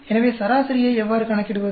எனவே சராசரியை எவ்வாறு கணக்கிடுவது